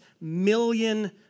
million